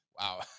wow